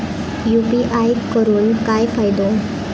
UPI करून काय फायदो?